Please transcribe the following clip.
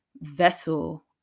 vessel